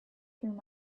through